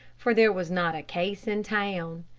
for there was not a case in town.